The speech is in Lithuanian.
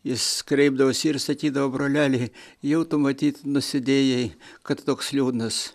jis kreipdavosi ir sakydavo broleli jau tu matyt nusidėjai kad toks liūdnas